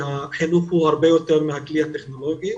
שהחינוך הוא הרבה יותר מהדבר הטכנולוגי.